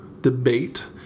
debate